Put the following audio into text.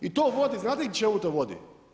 I to vodi, znate čemu to vodi?